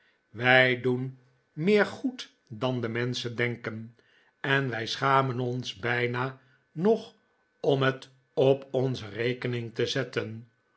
wij doen meer goed dan de menschen denken en wij schamen ons bijna nog om het op onze rekening te zetten